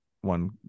one